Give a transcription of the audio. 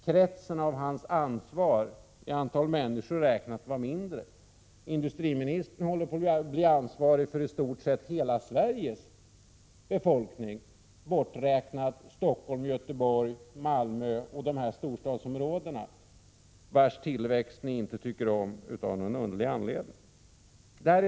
Kretsen för hans ansvar räknat i antal människor var mindre. Industriministern håller på att bli ansvarig för i stort sett hela Sveriges befolkning, förutom Stockholm, Göteborg, Malmö — storstadsområdena, vilkas tillväxt ni av någon underlig anledning inte tycker om.